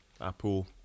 apple